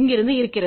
இங்கிருந்து இருக்கிறது